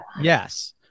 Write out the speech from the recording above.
Yes